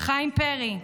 חיים פרי,